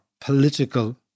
political